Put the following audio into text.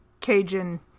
Cajun